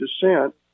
descent